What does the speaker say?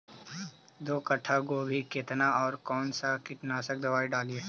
दो कट्ठा गोभी केतना और कौन सा कीटनाशक दवाई डालिए?